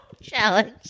Challenge